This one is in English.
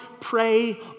pray